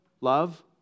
love